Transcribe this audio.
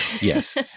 Yes